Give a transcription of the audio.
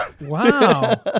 Wow